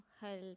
help